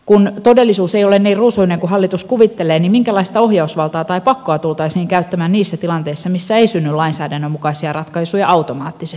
kun todellisuus ei ole niin ruusuinen kuin hallitus kuvittelee niin minkälaista ohjausvaltaa tai pakkoa tultaisiin käyttämään niissä tilanteissa joissa ei synny lainsäädännön mukaisia ratkaisuja automaattisesti